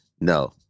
no